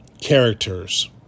characters